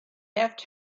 left